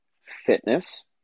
fitness